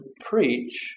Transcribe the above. preach